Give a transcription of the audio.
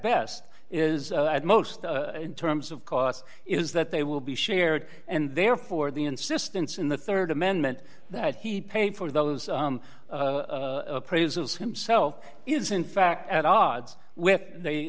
best is at most in terms of cost is that they will be shared and therefore the insistence in the rd amendment that he paid for those appraisals himself is in fact at odds with the